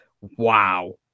Wow